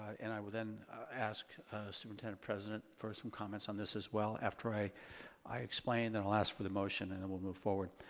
and i will then ask superintendent-president for some comments on this as well after i i explain then i'll ask for the motion and then we'll move forward.